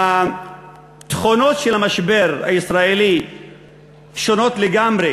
התכונות של המשבר הישראלי שונות לגמרי